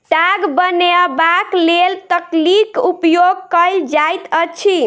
ताग बनयबाक लेल तकलीक उपयोग कयल जाइत अछि